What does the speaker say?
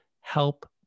help